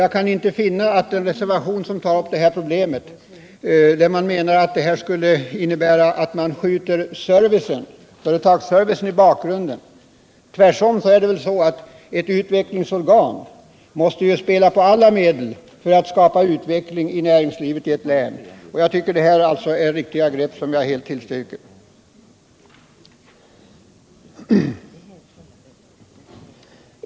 Jag kan inte förstå den reservation som tagit upp denna fråga, där man menar att det skulle innebära att man skjuter företagsservicen i bakgrunden. Tvärtom måste ju ett utvecklingsorgan spela med alla medel för att skapa utveckling i näringslivet i ett län. Jag tycker alltså att detta är riktiga grepp, som jag helt tillstyrker.